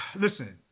Listen